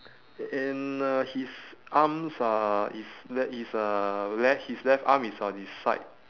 and uh his arms are his le~ his uh left his left arm is on his side